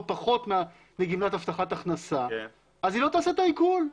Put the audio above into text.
פחות מגמלת הבטחת הכנסה אז היא לא תעשה את העיקול,